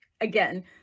again